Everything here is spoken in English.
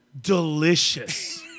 delicious